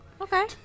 Okay